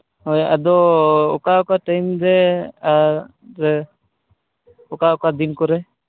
ᱦᱳᱭ ᱟᱫᱚ ᱚᱠᱟ ᱚᱠᱟ ᱴᱟᱭᱤᱢ ᱨᱮ ᱟᱨ ᱚᱠᱟ ᱚᱠᱟ ᱫᱤᱱ ᱠᱚᱨᱮ